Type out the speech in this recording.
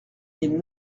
mille